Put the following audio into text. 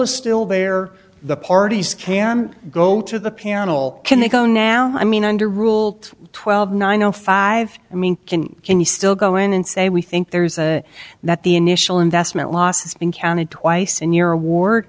is still there the parties can go to the panel can they go now i mean under rule twelve nine o five and me can can you still go in and say we think there's a that the initial investment losses been counted twice in your award